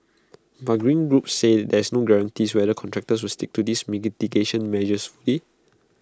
but green groups say these no guarantees whether contractors will stick to these mitigation measures fully